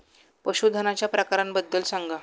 पशूधनाच्या प्रकारांबद्दल सांगा